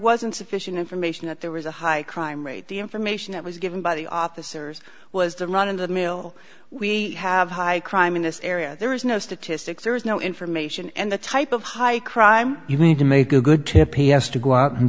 wasn't sufficient information that there was a high crime rate the information that was given by the officers was the run of the mill we have high crime in this area there is no statistics there is no information and the type of high crime you need to make a good tip he has to go out and